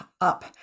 up